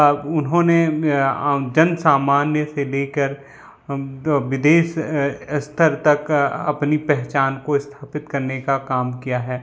उन्होंने जन सामान्य से लेकर विदेश स्तर तक अपनी पहचान को स्थापित करने का काम किया है